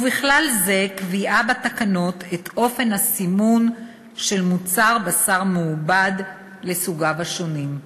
ובכלל זה קביעה בתקנות את אופן הסימון של מוצר בשר מעובד לסוגיו השונים.